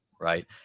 Right